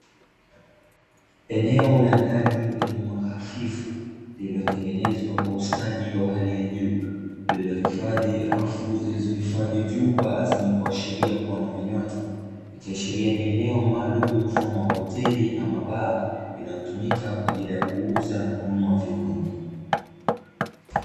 Eneo la ndani lenye mwanga hafifu lililotengenezwa kwa ustadi wa hali ya juu, lililohifadhi rafu zilizohifadhi vyupa vyenye kuashiria kuwa na vinywaji, ikiashiria eneo maalumu mfano wa hoteli ama baa inayotumika kwa ajili ya kuuza au kununua vinjwaji.